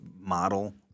model